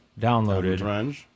downloaded